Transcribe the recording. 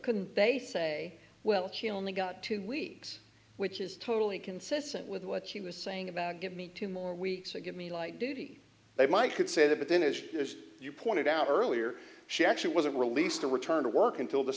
couldn't they say well she only got two weeks which is totally consistent with what she was saying about give me two more weeks or give me light duty they might could say that but then as you pointed out earlier she actually wasn't released to return to work until